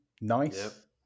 nice